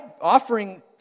offering